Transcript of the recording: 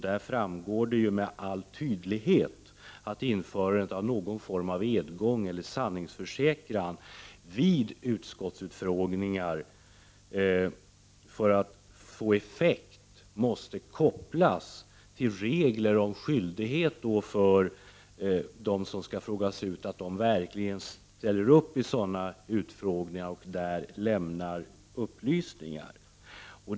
Det framgår med all tydlighet att införandet av någon fora av edgång eller sanningsförsäkran vid utskottsutfrågningar, för att det skall få effekt, måste kopplas till regler om skyldighet för dem som skall frågas ut att verkligen ställa upp i sådana utskottsutfrågningar för att lämna upplysningar.